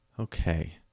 Okay